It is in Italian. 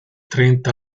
trenta